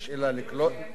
אין בעיה.